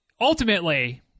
ultimately